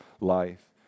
life